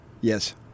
Yes